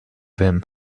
him